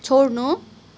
छोड्नु